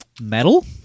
metal